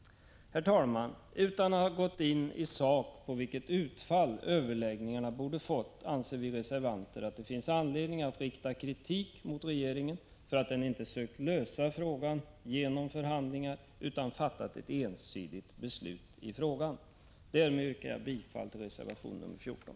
Herr talman! Utan ha gått in i sak på vilket utfall överläggningarna borde ha fått anser vi reservanter att det finns anledning att rikta kritik mot regeringen för att den inte sökt lösa frågan genom förhandlingar utan fattat ett ensidigt beslut. Därmed yrkar jag bifall till reservation 14.